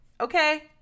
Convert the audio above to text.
Okay